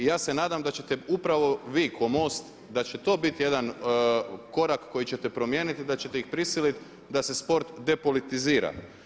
I ja se nadam da ćete upravo vi kao MOST, da će to biti jedan korak koji ćete primijeniti, da ćete ih prisiliti da se sport depolitizira.